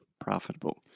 profitable